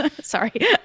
sorry